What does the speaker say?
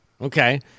Okay